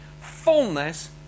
fullness